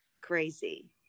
crazy